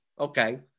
okay